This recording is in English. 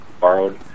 borrowed